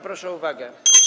Proszę o uwagę.